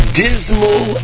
dismal